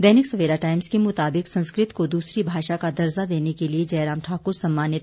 दैनिक Savera Times के मुताबिक संस्कृत को दूसरी भाषा का दर्जा देने के लिए जयराम ठाकुर सम्मानित